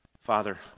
Father